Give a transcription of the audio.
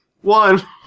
one